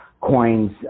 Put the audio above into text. coins